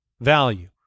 value